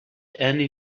any